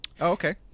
Okay